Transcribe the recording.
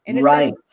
Right